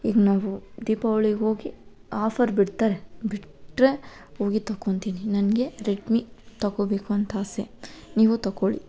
ಈಗ ನಾವು ದೀಪಾವಳಿಗೋಗಿ ಆಫರ್ ಬಿಡ್ತಾರೆ ಬಿಟ್ಟರೆ ಹೋಗಿ ತೊಕೊತೀನಿ ನನಗೆ ರೆಡ್ಮಿ ತೊಕೊಬೇಕು ಅಂತ ಆಸೆ ನೀವೂ ತೊಕೊಳ್ಳಿ